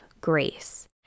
grace